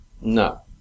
No